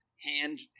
Hand